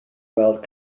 weld